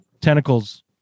tentacles